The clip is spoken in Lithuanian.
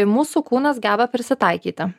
mūsų kūnas geba prisitaikyti